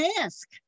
ask